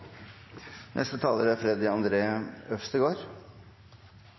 Neste replikant er Freddy André Øvstegård.